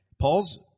Paul's